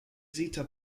zeta